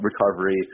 recovery